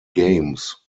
games